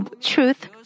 truth